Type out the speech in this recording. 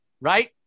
Right